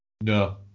No